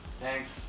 Thanks